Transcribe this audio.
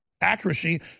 accuracy